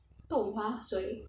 豆花水